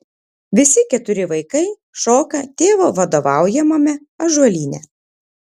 visi keturi vaikai šoka tėvo vadovaujamame ąžuolyne